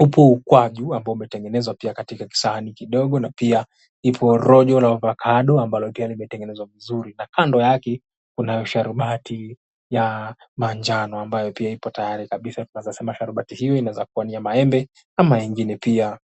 upo ukwaju ambao umetengenezwa pia katika kisahani kidogo na pia ipo rojo la ovacado ambalo pia limetengenezwa vizuri na kando yake kuna sharubati ya manjano ambayo pia ipo tayari kabisa twaeza sema sharubati hii inaweza kua ni ya maembe ama ingine pia.